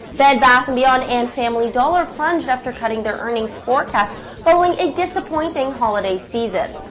bed bath and beyond and family dollar, plunged after cutting their earnings forecasts following a disappointing holiday season.